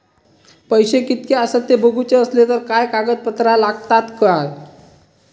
पैशे कीतके आसत ते बघुचे असले तर काय कागद पत्रा लागतात काय?